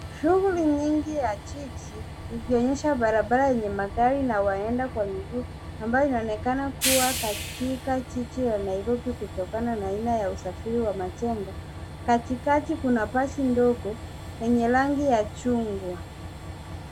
Shughuli nyingi ya jiji, ikionyesha barabara yenye magari na waenda kwa miguu, ambayo inaonekana kua katika jiji ya Nairobi, kutokana na aina ya usafiri wa majengo. Katikati kuna basi ndogo lenye rangi ya chungwa.